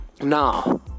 Now